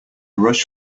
rush